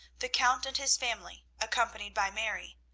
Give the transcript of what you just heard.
the count and his family, accompanied by mary,